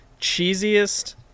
cheesiest